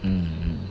mm mm